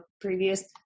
previous